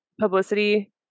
publicity